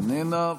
איננה.